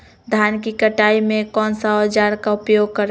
धान की कटाई में कौन सा औजार का उपयोग करे?